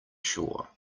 sure